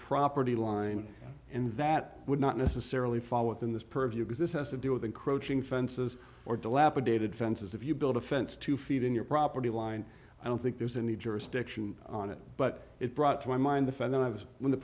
property line and that would not necessarily fall within this purview because this has to do with encroaching fences or dilapidated fences if you build a fence two feet in your property line i don't think there's any jurisdiction on it but it brought to my mind the fed then i was when the